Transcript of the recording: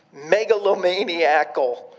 megalomaniacal